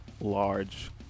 large